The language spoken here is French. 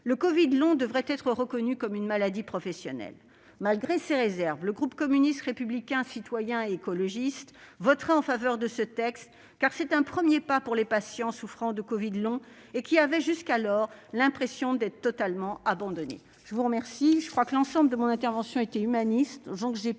le covid long devrait être reconnu comme une maladie professionnelle. Malgré ces réserves, les élus du groupe communiste républicain citoyen et écologiste voteront ce texte. En effet, il s'agit d'un premier pas pour les patients souffrant de covid long, qui avaient jusqu'alors l'impression d'être totalement abandonnés